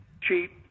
cheap